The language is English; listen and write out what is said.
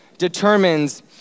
determines